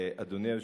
אדוני היושב-ראש,